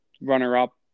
runner-up